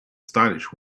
stylish